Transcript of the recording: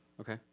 Okay